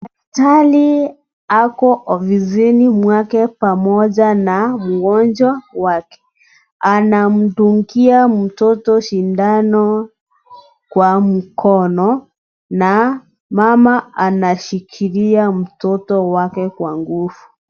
Dari ako ofisini mwake pamoja na mgonjwa wake, anamdungia mtoto sindano kwa mkono na mama ameshikilia mtoto wake kwa nguvu.